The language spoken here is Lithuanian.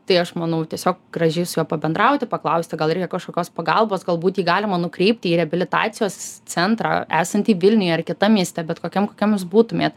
tai aš manau tiesiog gražiai su juo pabendrauti paklausti gal reikia kažkokios pagalbos galbūt jį galima nukreipti į reabilitacijos centrą esantį vilniuje ar kitam mieste bet kokiam kokiam jūs būtumėt